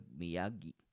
Miyagi